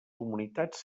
comunitats